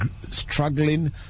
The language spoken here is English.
struggling